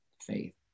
faith